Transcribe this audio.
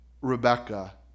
Rebecca